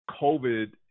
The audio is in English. COVID